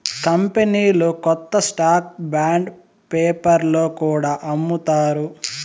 కంపెనీలు కొత్త stock bond పేపర్లో కూడా అమ్ముతారు